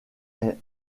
est